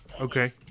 Okay